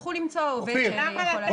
יצטרכו למצוא עובד שיוכל לעשות את זה.